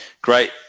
great